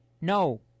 No